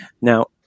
Now